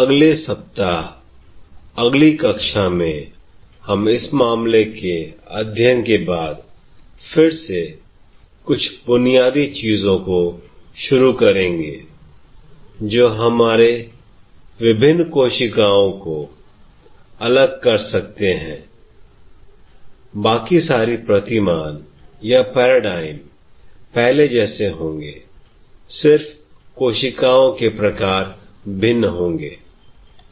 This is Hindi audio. अगले सप्ताह अगली कक्षा में हम इस मामले के अध्ययन के बाद फिर से कुछ बुनियादी चीजों को शुरू करेंगे जो हमारे विभिन्न कोशिकाओं को अलग कर सकते हैं I बाकी सारे प्रतिमान पहले जैसे होंगे सिर्फ कोशिकाओं के प्रकार भिन्न होगा I धन्यवाद I